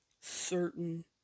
certain